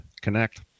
connect